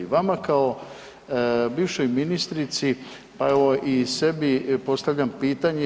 Vama kao bivšoj ministrici, a evo i sebi postavljam pitanje.